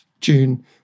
June